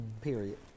Period